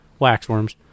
waxworms